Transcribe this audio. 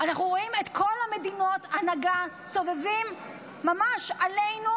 אנחנו רואים את כל הנהגות המדינות סובבים ממש עלינו,